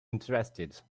interested